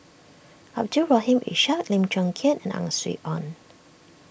Abdul Rahim Ishak Lim Chong Keat and Ang Swee Aun